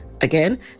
Again